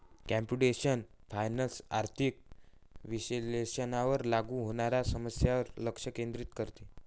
computational finance आर्थिक विश्लेषणावर लागू होणाऱ्या समस्यांवर लक्ष केंद्रित करते